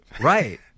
Right